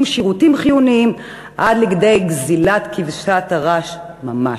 שירותים חיוניים עד כדי גזלת כבשת הרש ממש.